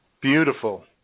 beautiful